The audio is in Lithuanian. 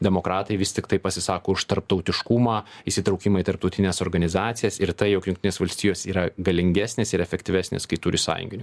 demokratai vis tiktai pasisako už tarptautiškumą įsitraukimą į tarptautines organizacijas ir tai jog jungtinės valstijos yra galingesnis ir efektyvesnis kai turi sąjunginių